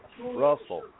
Russell